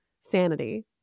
sanity